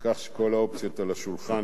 על כך שכל האופציות על השולחן,